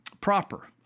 proper